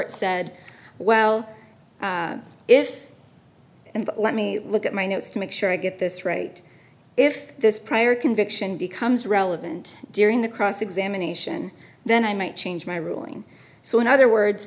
rt said well if and let me look at my notes to make sure i get this right if this prior conviction becomes relevant during the cross examination then i might change my ruling so in other words